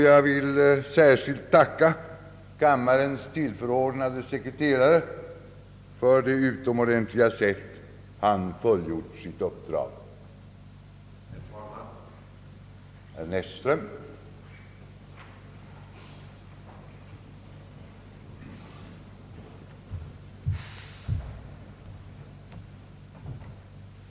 Jag vill särskilt tacka kammarens tillförordnade sekreterare för det utomordentliga sätt varpå han fullgjort sitt uppdrag. Detta tal besvarades av herr NÄS STRÖM i följande ordalag: Herr talman!